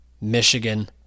Michigan